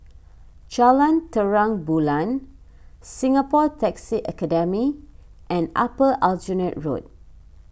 Jalan Terang Bulan Singapore Taxi Academy and Upper Aljunied Road